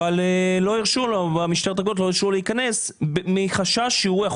אבל משטרת הגבולות לא הרשו לו להיכנס מחשש שהוא יכול